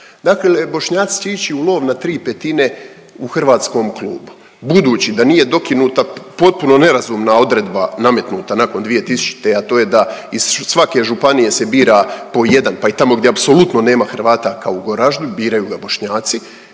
Dakle, Bošnjaci će ići u lov na 3/5 u hrvatskom klubu budući da nije dokinuta potpuno nerazumna odredba nametnuta nakon 2000., a to je da iz svake županije se bira po jedan pa i tamo gdje apsolutno nema Hrvata kao u Goraždu, biraju ga Bošnjaci,